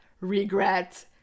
regret